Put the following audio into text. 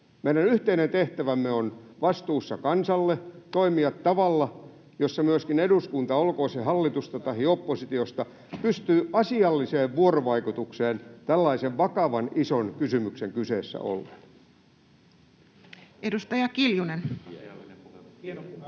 Meidän yhteinen tehtävämme on vastuussa kansalle toimia tavalla, jolla myöskin eduskunta, olkoon se hallitusta tahi oppositiosta, pystyy asialliseen vuorovaikutukseen tällaisen vakavan, ison kysymyksen kyseessä ollen. [Speech 34]